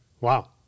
Wow